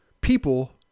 people